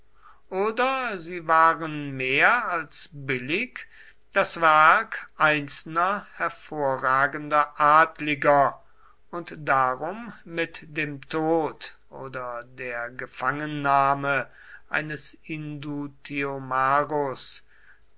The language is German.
oder sie waren mehr als billig das werk einzelner hervorragender adliger und darum mit dem tod oder der gefangennahme eines